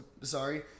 sorry